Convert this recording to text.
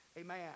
Amen